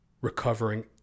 recovering